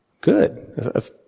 Good